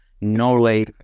Norway